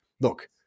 look